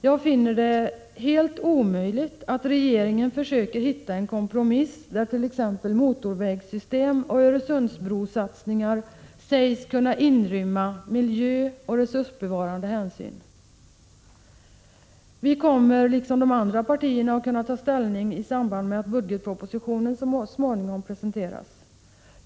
Jag finner det helt omöjligt att regeringen försöker hitta en kompromiss där t.ex. motorvägssystem och Öresundsbrosatsningar sägs kunna inrymma miljöoch resursbevarande hänsyn. Vi kommer liksom de andra partierna att kunna ta ställning i samband med att budgetpropositionen så småningom presenteras.